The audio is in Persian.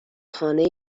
خانه